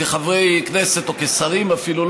כחברי כנסת או כשרים אפילו,